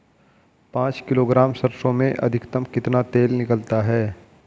पाँच किलोग्राम सरसों में अधिकतम कितना तेल निकलता है?